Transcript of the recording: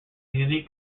unique